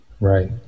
Right